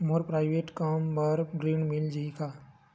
मोर private कम बर ऋण मिल जाही का?